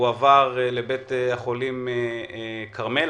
הרישיון הועבר לבית החולים כרמל.